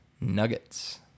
Nuggets